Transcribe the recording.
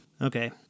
Okay